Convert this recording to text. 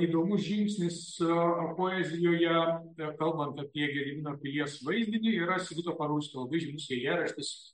įdomus žingsnis poezijoje kalbant apie gedimino pilies vaizdinį yra sigito parulskio labai žymus eilėraštis